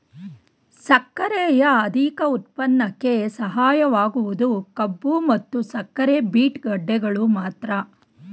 ಸಕ್ಕರೆಯ ಅಧಿಕ ಉತ್ಪನ್ನಕ್ಕೆ ಸಹಾಯಕವಾಗುವುದು ಕಬ್ಬು ಮತ್ತು ಸಕ್ಕರೆ ಬೀಟ್ ಗೆಡ್ಡೆಗಳು ಮಾತ್ರ